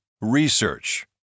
Research